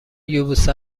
یبوست